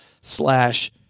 slash